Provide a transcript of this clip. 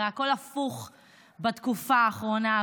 הרי הכול הפוך בתקופה האחרונה,